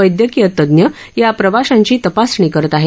वैद्यकीय तज्ञ या प्रवाशांची तपासणी करत आहेत